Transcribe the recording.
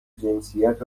جنسیت